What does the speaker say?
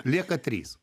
lieka trys